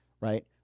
Right